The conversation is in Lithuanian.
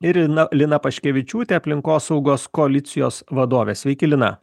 irina lina paškevičiūtė aplinkosaugos koalicijos vadovė sveiki lina